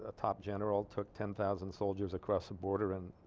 ah top general took ten thousand soldiers across the border and